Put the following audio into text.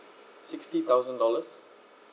sixty thousand dollars